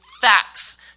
facts